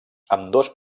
ambdós